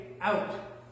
out